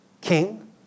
king